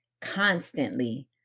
constantly